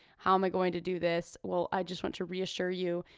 how am i going to do this? well i just want to reassure you,